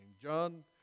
John